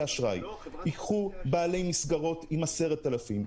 האשראי ייקחו בעלי מסגרות עם 10,000 שקלים,